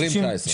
19', 20'?